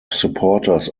supporters